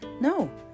No